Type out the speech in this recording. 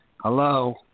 Hello